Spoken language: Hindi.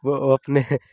वह अपने